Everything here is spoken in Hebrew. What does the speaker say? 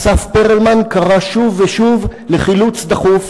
אסף פרלמן קרא שוב ושוב לחילוץ דחוף,